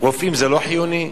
רופאים זה לא חיוני?